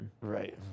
Right